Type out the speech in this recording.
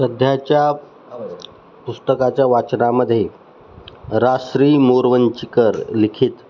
सध्याच्या पुस्तकाच्या वाचनामध्ये राजश्री मोरवंचकर लिखित